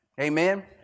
Amen